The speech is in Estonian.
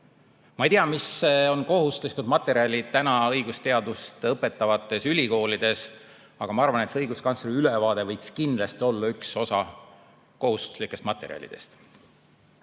Ma ei tea, mis on kohustuslikud materjalid täna õigusteadust õpetavates ülikoolides, aga ma arvan, et see õiguskantsleri ülevaade võiks kindlasti olla üks osa kohustuslikest materjalidest. Täiesti